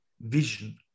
vision